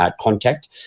contact